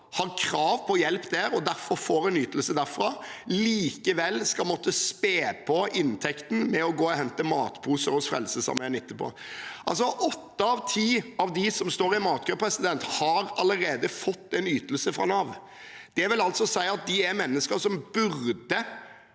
har krav på hjelp der, og som derfor får en ytelse derfra, likevel skal måtte spe på inntekten med å gå og hente matposer hos Frelsesarmeen etterpå. Åtte av ti av dem som står i matkø, har allerede fått en ytelse fra Nav. Det vil altså si at de er mennesker som burde